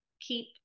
keep